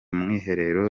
mwiherero